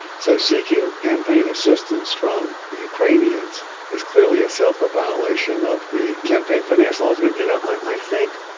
so seeking campaign assistance from ukrainians is clearly itself a violation of the campaign finance laws. but you know i think.